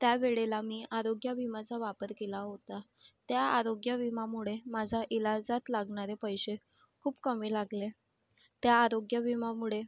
त्यावेळेला मी आरोग्यविमाचा वापर केला होता त्या आरोग्यविमामुळे माझा इलाजात लागणारे पैसे खूप कमी लागले त्या आरोग्य विमामुळे